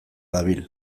dabil